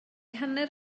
hanner